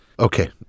Okay